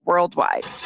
Worldwide